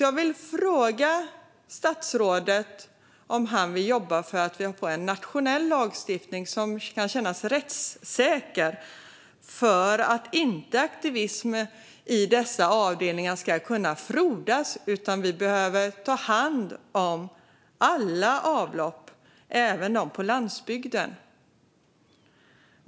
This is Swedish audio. Jag vill fråga statsrådet om han vill jobba för att vi får en nationell lagstiftning som kan kännas rättssäker så att inte aktivism i dessa avdelningar ska kunna frodas. Vi behöver ta hand om alla avlopp, även dem på landsbygden.